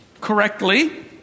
correctly